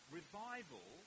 Revival